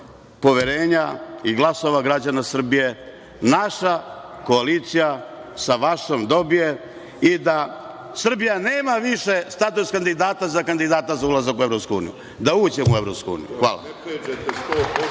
poverenja i glasova građana Srbije naša koalicija sa vašom dobije i da Srbija nema više status kandidata za kandidata za ulazak u EU, da uđemo u EU. Hvala. Evo,